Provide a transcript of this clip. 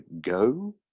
go